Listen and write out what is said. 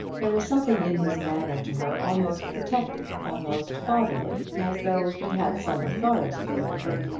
there was something in his manner to her almost protective, almost fatherly as though he had some authority over her.